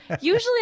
usually